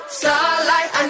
Starlight